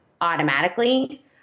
automatically